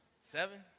Seven